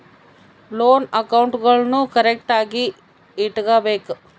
loan ಅಕೌಂಟ್ಗುಳ್ನೂ ಕರೆಕ್ಟ್ಆಗಿ ಇಟಗಬೇಕು